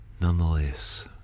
nonetheless